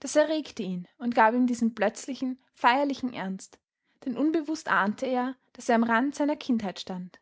das erregte ihn und gab ihm diesen plötzlichen feierlichen ernst denn unbewußt ahnte er daß er am rand seiner kindheit stand